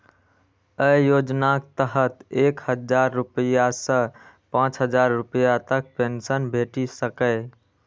अय योजनाक तहत एक हजार रुपैया सं पांच हजार रुपैया तक पेंशन भेटि सकैए